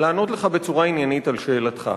לענות לך בצורה עניינית על שאלתך.